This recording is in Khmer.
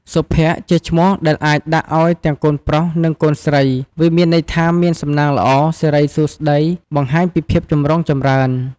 សុភ័ក្ត្រជាឈ្មោះដែលអាចដាក់ឲ្យទាំងកូនប្រុសនិងកូនស្រី វាមានន័យថាមានសំណាងល្អ សិរីសួស្តី បង្ហាញពីភាពចម្រុងចម្រើន។